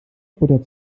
butter